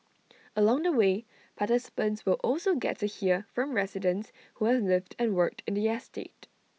along the way participants will also get to hear from residents who have lived and worked in the estate